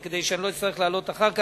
וכדי שלא אצטרך לעלות אחר כך,